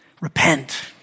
Repent